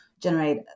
generate